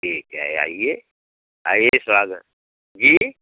ठीक है आइए आइए स्वागत जी